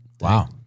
wow